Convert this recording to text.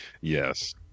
Yes